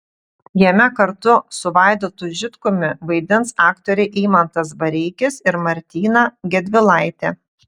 jame kartu su vaidotu žitkumi vaidins aktoriai eimantas bareikis ir martyna gedvilaitė